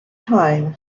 time